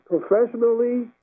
professionally